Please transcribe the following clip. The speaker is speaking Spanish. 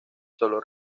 sólo